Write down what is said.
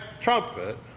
trumpet